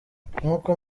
nkuko